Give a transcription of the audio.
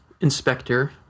Inspector